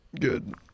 Good